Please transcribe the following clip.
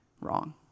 wrong